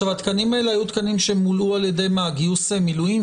התקנים האלה היו תקנים שמולאו על ידי גיוס מילואים?